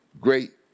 great